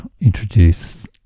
introduce